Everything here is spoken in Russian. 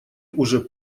уже